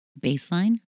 baseline